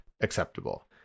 acceptable